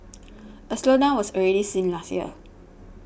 a slowdown was already seen last year